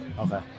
Okay